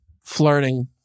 flirting